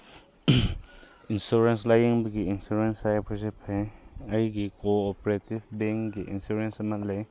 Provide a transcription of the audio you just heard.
insurance ꯂꯥꯏꯌꯦꯡꯕꯒꯤ insurance ꯍꯥꯏꯕꯁꯦ ꯐꯩ ꯑꯩꯒꯤ ꯀꯣ ꯑꯣꯄ꯭ꯔꯦꯇꯤꯕ ꯕꯦꯡꯛꯒꯤ ꯏꯟꯁꯨꯔꯦꯟꯁ ꯑꯃ ꯂꯩ